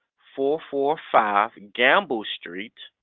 four four five gamble street